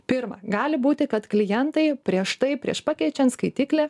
pirma gali būti kad klientai prieš tai prieš pakeičiant skaitiklį